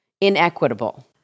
inequitable